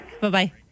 Bye-bye